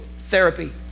therapy